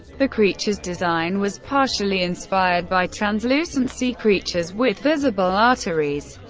the creature's design was partially inspired by translucent sea creatures with visible arteries,